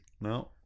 No